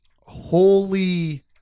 holy